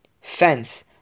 fence